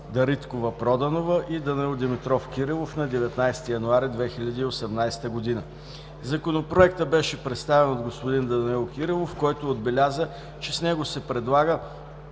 Дариткова-Проданова и Данаил Димитров Кирилов на 19 януари 2018 г. Законопроектът беше представен от господин Данаил Кирилов, който отбеляза, че с него се предлага